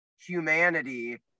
humanity